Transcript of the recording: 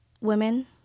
women